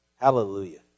Hallelujah